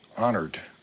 honored